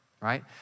right